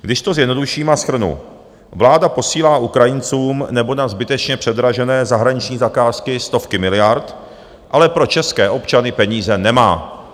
Když to zjednoduším a shrnu, vláda posílá Ukrajincům nebo na zbytečně předražené zahraniční zakázky stovky miliard, ale pro české občany peníze nemá.